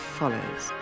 follows